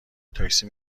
تاکسی